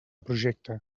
projecte